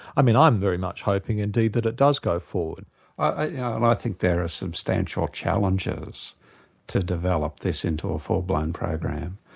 i mean i'm very much hoping indeed that it does go forward. yeah and i think there are substantial challenges to develop this into a full-blown program.